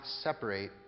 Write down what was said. separate